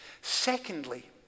Secondly